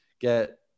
get